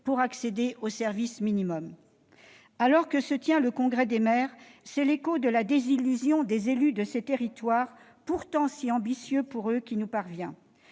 pour accéder aux services minimums. Alors que se tient le Congrès des maires, c'est l'écho de la désillusion des élus ruraux, pourtant si ambitieux pour leurs territoires, qui nous parvient.